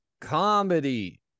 comedy